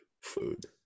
food